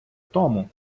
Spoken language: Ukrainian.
тому